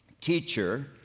teacher